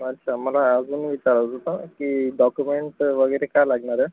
अच्छा मला अजून विचारायचं होतं की डॉकुमेंट वगैरे काय लागणार आहे